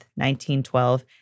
1912